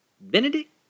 Benedict